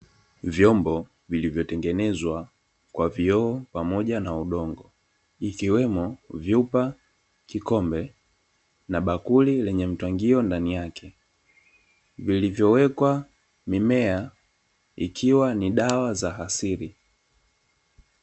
Vyombo vilivyotengenezwa kwa vioo pamoja na udongo, ikiwemo vyupa, kikombe na bakuli lenye mtwangio ndani yake, vilivyowekwa mimea ikiwa ni dawa za asili.